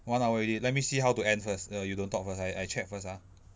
one hour already let me see how to end first err you don't talk first I I check first ah